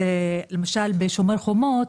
למשל בשומר חומות,